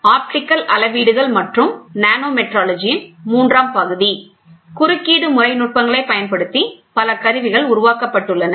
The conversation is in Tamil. எனவே குறுக்கீடு முறை நுட்பங்களைப் பயன்படுத்தி பல கருவிகள் உருவாக்கப்பட்டுள்ளன